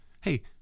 hey